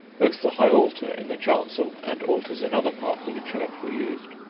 both the high altar in the chancel and altars in other parts of a church were used.